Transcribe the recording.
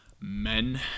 men